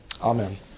amen